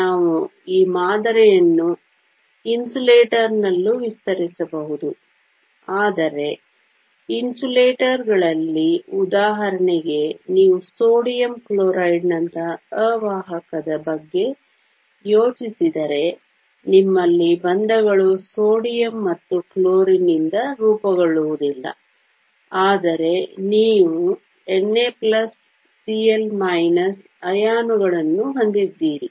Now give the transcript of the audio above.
ನಾವು ಈ ಮಾದರಿಯನ್ನು ಅವಾಹಕನಲ್ಲೂ ವಿಸ್ತರಿಸಬಹುದು ಆದರೆ ಅವಾಹಕಗಳಲ್ಲಿ ಉದಾಹರಣೆಗೆ ನೀವು ಸೋಡಿಯಂ ಕ್ಲೋರೈಡ್ ನಂತಹ ಅವಾಹಕದ ಬಗ್ಗೆ ಯೋಚಿಸಿದರೆ ನಿಮ್ಮಲ್ಲಿ ಬಂಧಗಳು ಸೋಡಿಯಂ ಮತ್ತು ಕ್ಲೋರಿನ್ನಿಂದ ರೂಪುಗೊಳ್ಳುವುದಿಲ್ಲ ಆದರೆ ನೀವು Na Cl ಅಯಾನುಗಳನ್ನು ಹೊಂದಿದ್ದೀರಿ